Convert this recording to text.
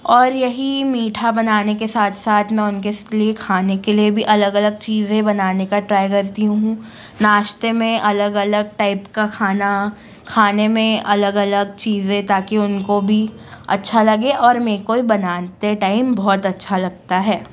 और यही मीठा बनाने के साथ साथ मैं उनके लिए खाने के लिए भी अलग अलग चीज़े बनाने का ट्राई करती हूँ नाश्ते में अलग अलग टाइप का खाना खाने में अलग अलग चीज़े ताकि उनको भी अच्छा लगे और मे को भी बनाते टाइम बहुत अच्छा लगता है